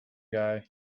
guy